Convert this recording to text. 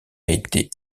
été